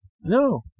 No